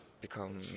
become